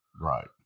Right